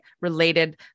related